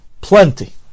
plenty